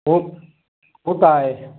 हू हू त आहे